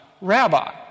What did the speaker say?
Rabbi